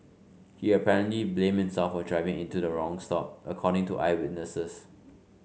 he apparently blamed himself for driving into the wrong stop according to eyewitnesses